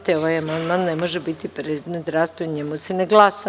Te ovaj amandman ne može biti predmet rasprave i o njemu se ne glasa.